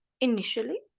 initially